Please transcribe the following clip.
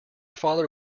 father